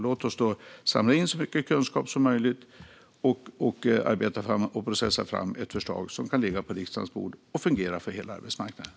Låt oss samla in så mycket kunskap som möjligt och arbeta och processa fram ett förslag som kan läggas på riksdagens bord och fungera för hela arbetsmarknaden.